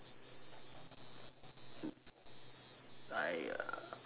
!aiya!